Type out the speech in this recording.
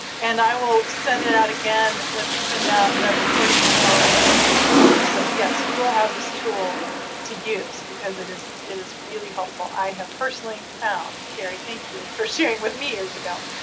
and i will send it out again when we send out the recording and the follow-up materials to the webinar. so, yes. you will have this tool to use because it is, it is really helpful. i have personally found, kerri, thank you, for sharing with me years ago.